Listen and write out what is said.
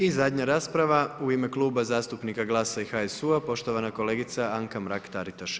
I zadnja rasprava u ime Kluba zastupnika GLAS-a i HSU-a poštovana kolegica Anka Mrak-Taritaš.